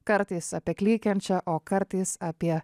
kartais apie klykiančią o kartais apie